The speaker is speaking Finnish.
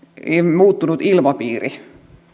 muuttunut ilmapiiri